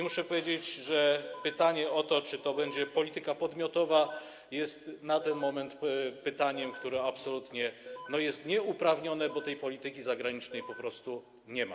Muszę powiedzieć, że pytanie o to, czy to będzie polityka podmiotowa, jest na ten moment pytaniem, które absolutnie jest nieuprawnione, bo tej polityki zagranicznej po prostu nie ma.